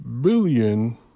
billion